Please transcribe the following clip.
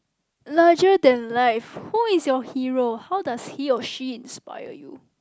larger than life who is your hero how does he or she inspire you